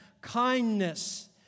kindness